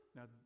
Now